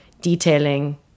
detailing